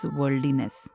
worldliness